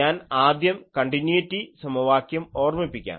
ഞാൻ ആദ്യം കണ്ടിന്യൂയിറ്റി സമവാക്യം ഓർമ്മിപ്പിക്കാം